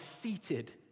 seated